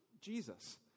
jesus